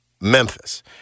Memphis